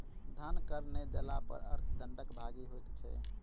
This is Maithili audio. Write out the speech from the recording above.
धन कर नै देला पर अर्थ दंडक भागी होइत छै